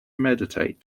meditate